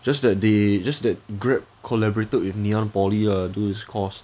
just that they just that Grab collaborated with ngee ann poly lah do this course